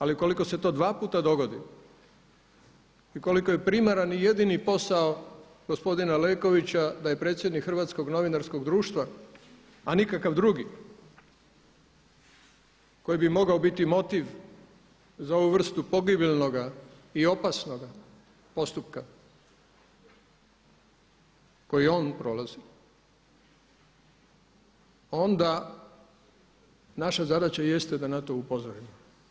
Ali ukoliko se to dva puta dogodi i ukoliko je primaran i jedini posao gospodina Lekovića da je predsjednik Hrvatskog novinarskog društva a nikakav drugi koji bi mogao biti motiv za ovu vrstu pogibeljnog i opasnog postupka koji on prolazi onda naša zadaća jeste da na to upozorimo.